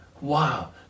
Wow